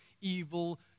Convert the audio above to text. evil